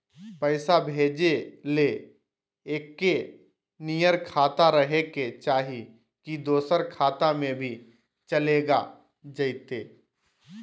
पैसा भेजे ले एके नियर खाता रहे के चाही की दोसर खाता में भी चलेगा जयते?